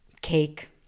cake